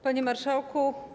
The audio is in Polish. Panie Marszałku!